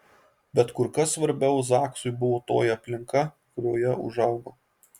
bet kur kas svarbiau zaksui buvo toji aplinka kurioje užaugo